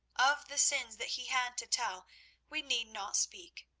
of the sins that he had to tell we need not speak.